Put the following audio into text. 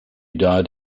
died